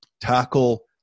tackle